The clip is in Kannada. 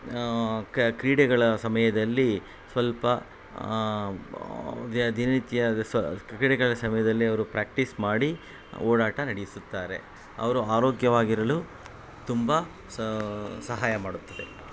ಆಂ ಕ ಕ್ರೀಡೆಗಳ ಸಮಯದಲ್ಲಿ ಸ್ವಲ್ಪ ದಿನನಿತ್ಯ ಸ ಕ್ರೀಡೆಗಳ ಸಮಯದಲ್ಲಿ ಅವರು ಪ್ರ್ಯಾಕ್ಟಿಸ್ ಮಾಡಿ ಓಡಾಟ ನಡೆಸುತ್ತಾರೆ ಅವರು ಆರೋಗ್ಯವಾಗಿರಲು ತುಂಬ ಸಹಾಯ ಮಾಡುತ್ತದೆ